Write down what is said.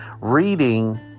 Reading